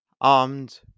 armed